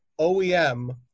OEM